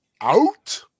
out